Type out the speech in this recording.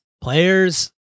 players